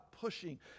pushing